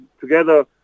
together